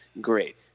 great